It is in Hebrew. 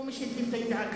או מי שהדליף את הידיעה,